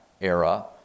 era